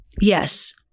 Yes